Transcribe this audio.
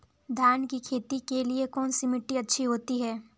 धान की खेती के लिए कौनसी मिट्टी अच्छी होती है?